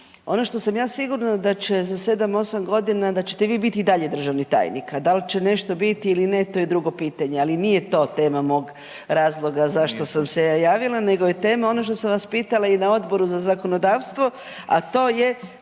Ono što sam ja sigurna da će za 7-8.g. da ćete vi biti i dalje državni tajnik, a dal će nešto biti ili ne to je drugo pitanje, ali nije to tema mog razloga zašto sam se ja javila nego je tema ono što sam vas pitala i na Odboru za zakonodavstvo, a to je